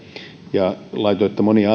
ja laitoitte monia